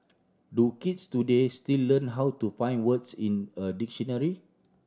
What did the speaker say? do kids today still learn how to find words in a dictionary